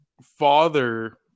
father